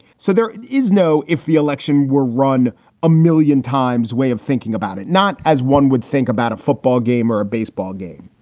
so there is no if the election were run a million times, way of thinking about it. not as one would think about a football game or a baseball game.